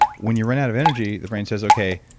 when you run out of energy, the brain says, okay,